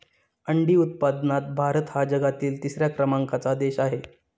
अंडी उत्पादनात भारत हा जगातील तिसऱ्या क्रमांकाचा देश आहे